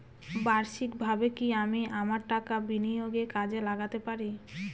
বার্ষিকভাবে কি আমি আমার টাকা বিনিয়োগে কাজে লাগাতে পারি?